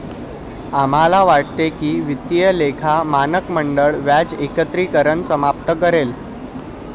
आम्हाला वाटते की वित्तीय लेखा मानक मंडळ व्याज एकत्रीकरण समाप्त करेल